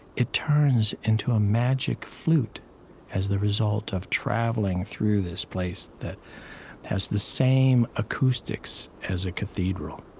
it turns into a magic flute as the result of traveling through this place that has the same acoustics as a cathedral